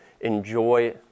enjoy